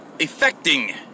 affecting